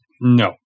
No